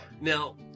Now